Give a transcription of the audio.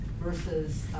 versus